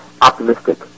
optimistic